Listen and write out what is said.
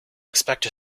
expect